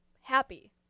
happy